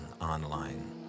online